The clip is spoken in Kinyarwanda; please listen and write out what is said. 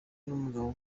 n’umugabo